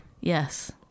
Yes